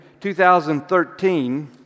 2013